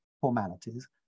formalities